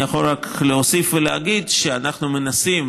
אני יכול רק להוסיף ולהגיד שאנחנו מנסים,